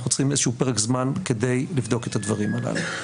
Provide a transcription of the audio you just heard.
אנחנו צריכים איזשהו פרק זמן כדי לבדוק את הדברים הללו.